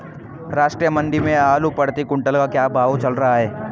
राष्ट्रीय मंडी में आलू प्रति कुन्तल का क्या भाव चल रहा है?